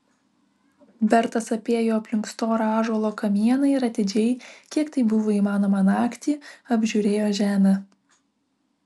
bertas apėjo aplink storą ąžuolo kamieną ir atidžiai kiek tai buvo įmanoma naktį apžiūrėjo žemę